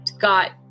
got